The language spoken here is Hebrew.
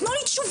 תנו לי תשובה.